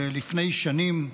לפני שנים.